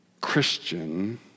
Christian